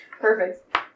Perfect